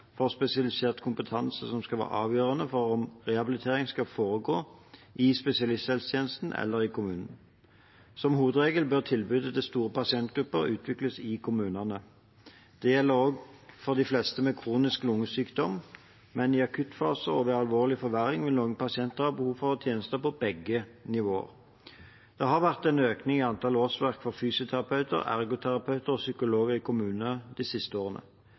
for spesialisert kompetanse som skal være avgjørende for om rehabilitering skal foregå i spesialisthelsetjenesten eller i kommunen. Som hovedregel bør tilbudet til store pasientgrupper utvikles i kommunene. Det gjelder også for de fleste med kronisk lungesykdom, men i akuttfaser og ved alvorlig forverring vil noen pasienter ha behov for tjenester på begge nivåer. Det har de siste årene vært en økning i antall årsverk i kommunene for fysioterapeuter, ergoterapeuter og psykologer,